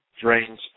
drains